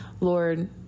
Lord